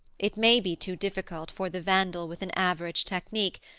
it may be too difficult for the vandal with an average technique,